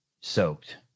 soaked